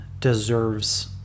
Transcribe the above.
deserves